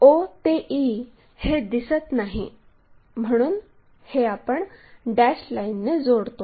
o ते e हे दिसत नाही म्हणून हे आपण डॅश लाईनने जोडतो